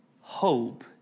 hope